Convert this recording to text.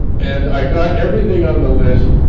and i got everything on the list,